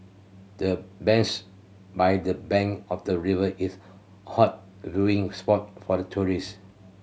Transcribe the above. the bench by the bank of the river is a hot viewing spot for the tourist